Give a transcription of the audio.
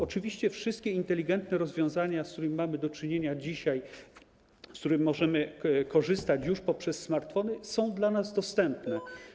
Oczywiście wszystkie inteligentne rozwiązania, z którymi dzisiaj mamy do czynienia, z których możemy korzystać już poprzez smartfony, są dla nas dostępne.